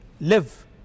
live